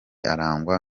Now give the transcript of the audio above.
arangwa